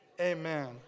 Amen